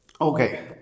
Okay